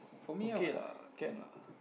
okay lah can lah